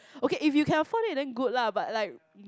okay if you can afford it then good lah but like